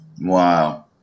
Wow